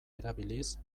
erabiliz